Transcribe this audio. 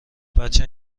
بچه